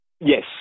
yes